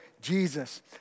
Jesus